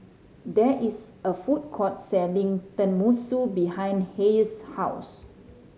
there is a food court selling Tenmusu behind Hayes' house